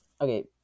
Okay